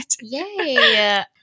Yay